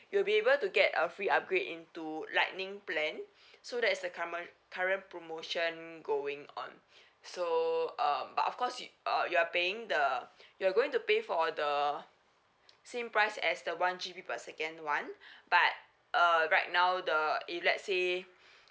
you'll be able to get a free upgrade into lightning plan so that is the current promotion going on so um but of course you uh you are paying the you're going to pay for the same price as the one G_B per second one but err right now the if let's say